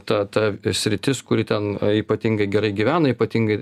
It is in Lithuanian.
ta ta sritis kuri ten ypatingai gerai gyvena ypatingai